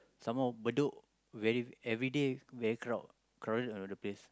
some more Bedok very everyday very crowd crowded the place